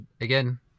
again